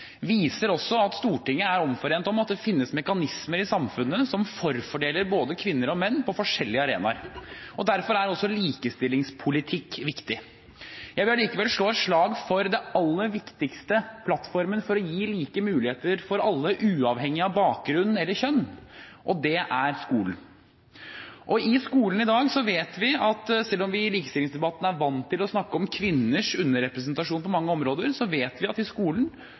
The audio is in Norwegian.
viser at Stortinget er omforent om at det finnes mekanismer i samfunnet som forfordeler både kvinner og menn på forskjellige arenaer. Derfor er også likestillingspolitikk viktig. Jeg vil allikevel slå et slag for den aller viktigste plattformen for å gi like muligheter for alle, uavhengig av bakgrunn eller kjønn, og det er skolen. I skolen i dag vet vi – selv om vi i likestillingsdebatten er vant til å snakke om kvinners underrepresentasjon på mange områder – at det er guttene som stadig mer sakker akterut. I